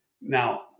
Now